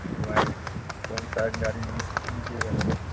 white कौनसा गाड़ी में लीजिएगा